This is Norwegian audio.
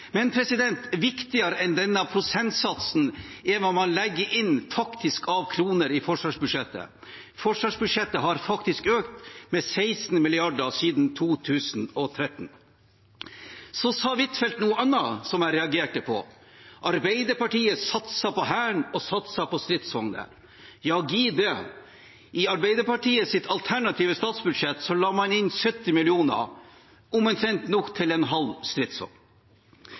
Men viktigere enn denne prosentsatsen er hva man legger inn – faktisk – av kroner i forsvarsbudsjettet. Forsvarsbudsjettet har faktisk økt med 16 mrd. kr siden 2013. Så sa Huitfeldt noe annet som jeg reagerte på: Arbeiderpartiet satser på Hæren og på stridsvogner. Ja, gid det var så vel! I Arbeiderpartiets alternative statsbudsjett la man inn 70 mill. kr – omtrent nok til en halv